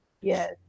Yes